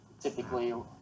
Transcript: typically